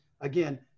Again